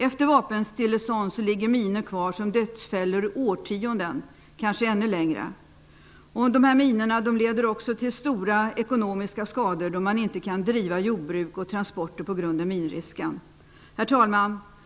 Efter vapenstillestånd ligger minor kvar som dödsfällor i årtionden, kanske ännu längre. Minorna leder också till stora ekonomiska skador, då man inte kan driva jordbruk och genomföra transporter på grund av minrisken. Herr talman!